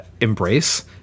embrace